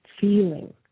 feeling